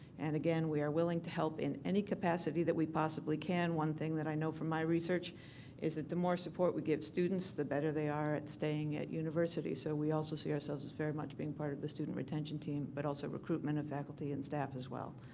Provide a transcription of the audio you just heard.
and again, we are willing to help in any capacity that we possibly can. one thing that i know from my research is that the more support we give students, the better they are at staying at universities so we also see ourselves as very much being a part of the student retention team, but also recruitment of faculty and staff as well.